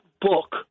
book